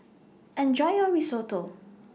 Enjoy your Risotto